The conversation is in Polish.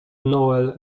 noel